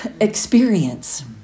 experience